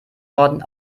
norden